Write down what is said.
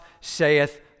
saith